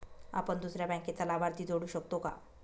आपण दुसऱ्या बँकेचा लाभार्थी जोडू शकतो का?